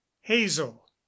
Hazel